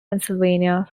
pennsylvania